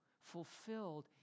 fulfilled